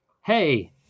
Hey